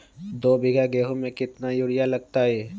दो बीघा गेंहू में केतना यूरिया लगतै?